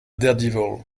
daredevil